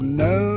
no